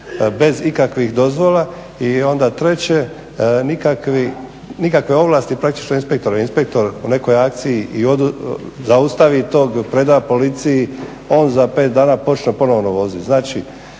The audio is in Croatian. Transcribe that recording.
bez ikakvih dozvola. I onda treće, nikakve ovlasti praktički inspektora, inspektor u nekoj akciji i zaustavi tog, preda policiji, on za pet dana počne ponovno voziti.